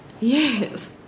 Yes